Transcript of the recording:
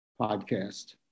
podcast